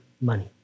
money